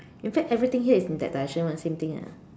in fact everything here is in that direction [one] same thing ah